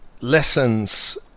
lessons